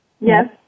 Yes